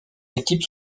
équipes